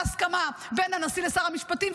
בהסכמה בין הנשיא לשר המשפטים,